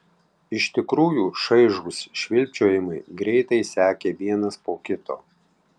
iš tikrųjų šaižūs švilpčiojimai greitai sekė vienas po kito